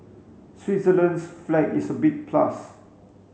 Switzerland's flag is a big plus